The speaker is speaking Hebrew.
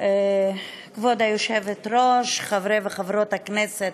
כבוד היושבת-ראש, חברי וחברות הכנסת,